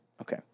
Okay